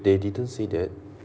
they didn't say that